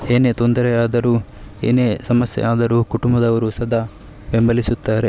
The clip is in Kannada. ಏನೇ ತೊಂದರೆ ಆದರೂ ಏನೇ ಸಮಸ್ಯೆ ಆದರೂ ಕುಟುಂಬದವರು ಸದಾ ಬೆಂಬಲಿಸುತ್ತಾರೆ